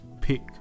pick